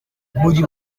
muri